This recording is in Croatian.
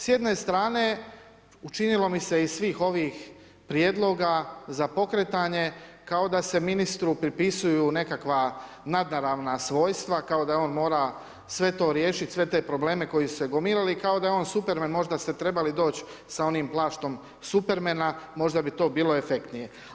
S jedne strane, učinilo mi se iz svih ovih prijedloga, za pokretanje, kao da se ministru prepisuju nekakva nadnaravna svojstva, kao da on mora sve to riješiti, sve te probleme, koji su se gomilali, kao da je on Superman, možda ste trebali doći s onim plaštom Supermana, možda bi to bilo efektnije.